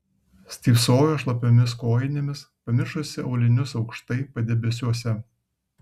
stypsojo šlapiomis kojinėmis pamiršusi aulinius aukštai padebesiuose